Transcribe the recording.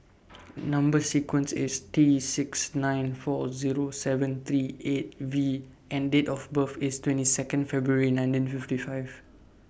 Number sequence IS T six nine four Zero seven three eight V and Date of birth IS twenty two February nineteen fifty five